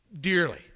dearly